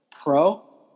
Pro